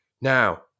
now